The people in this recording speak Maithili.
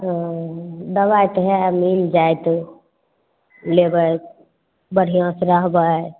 हँ दवाइ तऽ हइ मिल जाएत लेबै बढ़िऑं से रहबै